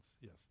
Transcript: Yes